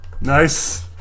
Nice